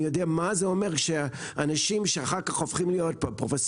אני יודע מה זה אומר שאנשים שאחר כך הופכים להיות פרופסורים